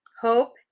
hope